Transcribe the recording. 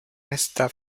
resta